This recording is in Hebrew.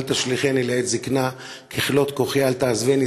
תשליכני לעת זקנה ככלות כֹחי אל תעזבני".